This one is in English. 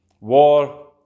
war